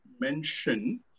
mention